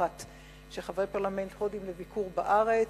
משלחת של חברי פרלמנט הודים לביקור בארץ.